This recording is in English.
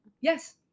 Yes